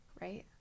right